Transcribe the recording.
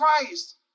Christ